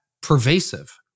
pervasive